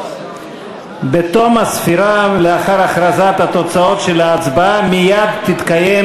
בתום הספירה ולאחר הכרזת התוצאות של ההצבעה מייד תתקיים